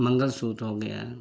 मंगलसूत्र हो गया